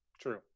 True